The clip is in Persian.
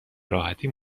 راحتی